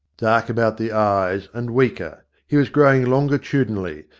dark about the eyes, and weaker. he was growing longitudinally,